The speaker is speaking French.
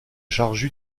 charge